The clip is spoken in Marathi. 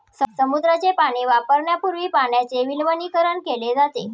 समुद्राचे पाणी वापरण्यापूर्वी पाण्याचे विलवणीकरण केले जाते